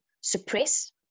suppress